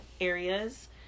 areas